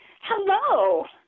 Hello